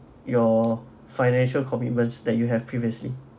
your financial commitments that you have previously